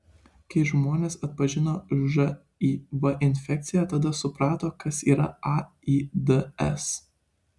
kai žmonės atpažino živ infekciją tada suprato kas yra aids